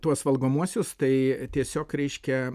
tuos valgomuosius tai tiesiog reiškia